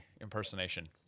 impersonation